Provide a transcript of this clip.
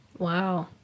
Wow